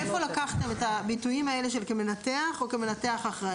מאיפה לקחתם את הביטויים האלה: "כמנתח" או "כמנתח אחראי"?